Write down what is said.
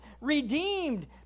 redeemed